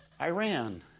Iran